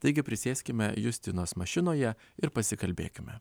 taigi prisėskime justinos mašinoje ir pasikalbėkime